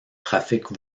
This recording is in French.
trafic